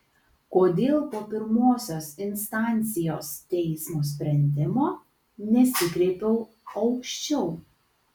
kodėl po pirmosios instancijos teismo sprendimo nesikreipiau aukščiau